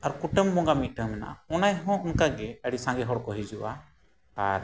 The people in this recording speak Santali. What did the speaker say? ᱟᱨ ᱠᱩᱴᱟᱹᱢ ᱵᱚᱸᱜᱟ ᱢᱤᱫᱴᱟᱹᱝ ᱢᱮᱱᱟᱜᱼᱟ ᱚᱸᱰᱮᱦᱚᱸ ᱚᱱᱠᱟᱜᱮ ᱟᱹᱰᱤ ᱥᱟᱸᱜᱮ ᱦᱚᱲᱠᱚ ᱦᱤᱡᱩᱜᱼᱟ ᱟᱨ